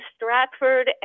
Stratford